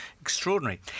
Extraordinary